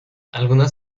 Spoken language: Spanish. algunas